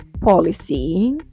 policy